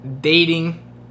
dating